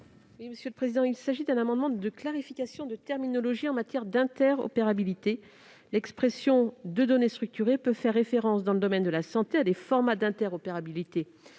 à Mme la rapporteure. Il s'agit d'un amendement de clarification de terminologie en matière d'interopérabilité. L'expression « données structurées » peut faire référence, dans le domaine de la santé, à des formats d'interopérabilité